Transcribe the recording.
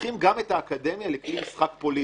הופכים גם את האקדמיה לכלי משחק פוליטי,